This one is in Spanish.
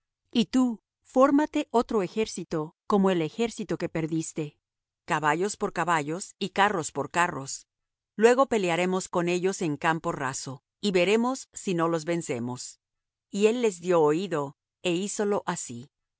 y tú fórmate otro ejército como el ejército que perdiste caballos por caballos y carros por carros luego pelearemos con ellos en campo raso y veremos si no los vencemos y él les dió oído é hízolo así